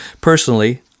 Personally